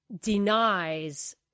denies